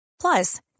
Plus